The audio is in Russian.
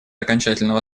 окончательного